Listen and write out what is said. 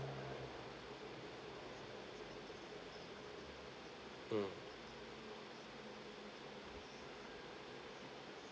mm